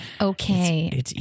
Okay